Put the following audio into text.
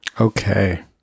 Okay